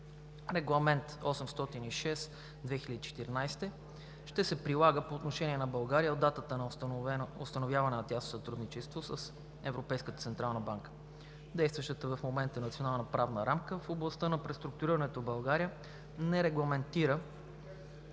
Регламент № 806/2014 ще се прилага по отношение на България от датата на установяване на тясно сътрудничество с Европейската централна банка. Действащата в момента Национална правна рамка в областта на преструктурирането в България не регламентира